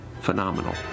phenomenal